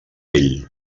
ell